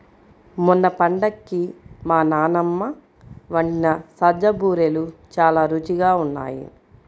మొన్న పండక్కి మా నాన్నమ్మ వండిన సజ్జ బూరెలు చాలా రుచిగా ఉన్నాయి